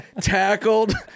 tackled